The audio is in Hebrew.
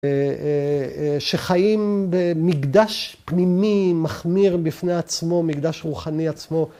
שחיים במקדש פנימי מחמיר בפני עצמו, מקדש רוחני עצמו.